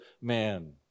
man